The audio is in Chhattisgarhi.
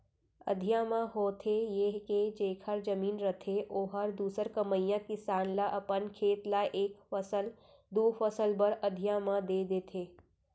अधिया म होथे ये के जेखर जमीन रथे ओहर दूसर कमइया किसान ल अपन खेत ल एक फसल, दू फसल बर अधिया म दे देथे